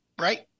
right